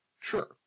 Sure